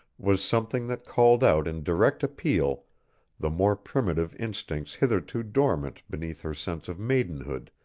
was something that called out in direct appeal the more primitive instincts hitherto dormant beneath her sense of maidenhood,